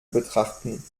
betrachten